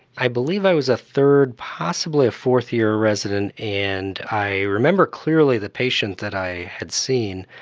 i believe i was a third, possibly a fourth year resident, and i remember clearly the patient that i had seen.